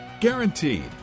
Guaranteed